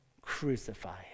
crucify